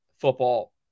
football